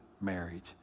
marriage